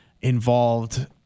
involved